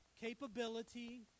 Capability